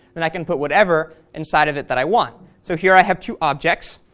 then i can put whatever inside of it that i want. so here i have two objects.